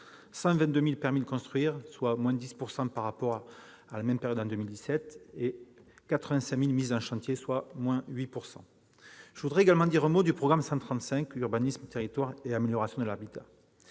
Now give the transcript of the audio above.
122 000 permis de construire, soit une baisse de 10,2 % par rapport à la même période en 2017, et 85 000 mises en chantier, soit une baisse de 7,9 %. Je voudrais également dire un mot sur le programme 135, « Urbanisme, territoires et amélioration de l'habitat